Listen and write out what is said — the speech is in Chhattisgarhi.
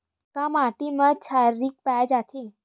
का माटी मा क्षारीय पाए जाथे?